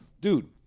dude